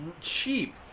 cheap